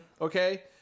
Okay